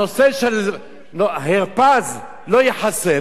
הנושא של הרפז לא ייחשף,